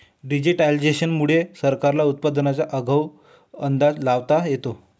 digitisation मुळे सरकारला उत्पादनाचा आगाऊ अंदाज लावता येतो